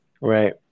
Right